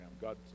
God